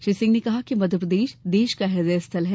श्री सिंह ने कहा कि मध्यप्रदेश देश का इदय स्थल है